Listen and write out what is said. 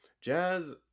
Jazz